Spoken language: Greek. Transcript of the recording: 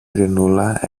ειρηνούλα